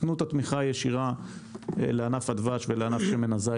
תנו את התמיכה הישירה לענף הדבש ולענף שמן הזית,